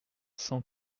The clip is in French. cent